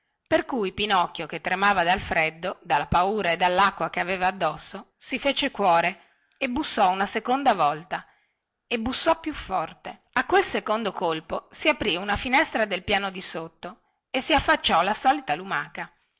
per cui pinocchio che tremava dal freddo dalla paura e dallacqua che aveva addosso si fece cuore e bussò una seconda volta e bussò più forte a quel secondo colpo si aprì una finestra del piano di sotto e si affacciò la solita lumaca